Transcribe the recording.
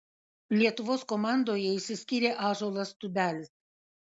lietuvos komandoje išsiskyrė ąžuolas tubelis